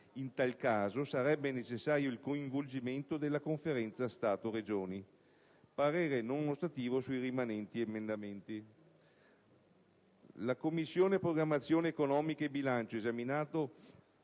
in tal caso, sarebbe necessario il coinvolgimento della Conferenza Stato-Regioni; - parere non ostativo sui restanti emendamenti». «La Commissione programmazione economica, bilancio, esaminato